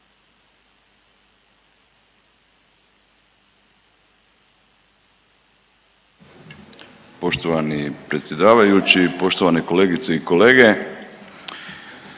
Hvala predsjedavajući. Poštovane kolegice i kolege,